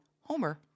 homer